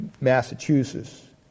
Massachusetts